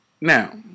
now